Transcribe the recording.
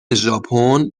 ژاپن